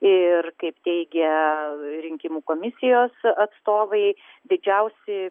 ir kaip teigia rinkimų komisijos atstovai didžiausi